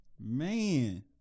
man